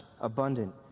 abundant